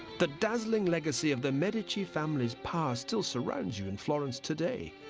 the dazzling legacy of the medici family's power still surrounds you in florence today.